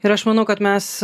ir aš manau kad mes